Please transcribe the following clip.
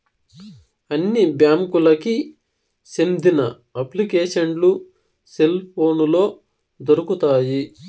అన్ని బ్యాంకులకి సెందిన అప్లికేషన్లు సెల్ పోనులో దొరుకుతాయి